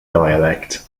dialect